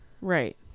Right